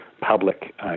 public